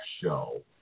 show